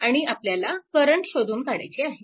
आणि आपल्याला करंट शोधून काढायचे आहेत